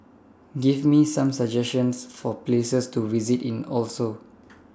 Give Me Some suggestions For Places to visit in Oslo